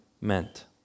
meant